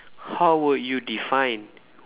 how would you define